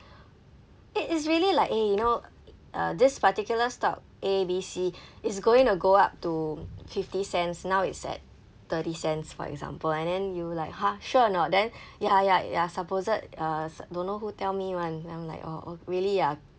it is really like eh you know uh this particular stock A B C is going to go up to fifty cents now is at thirty cents for example and then you like !huh! sure or not then ya ya ya supposed uh s~ don't know who tell me [one] I'm like oh really ah